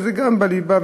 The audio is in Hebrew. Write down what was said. וזה גם בליבה,